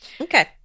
Okay